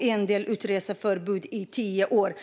En del har utreseförbud i tio år.